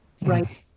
Right